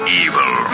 evil